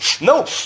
No